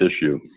issue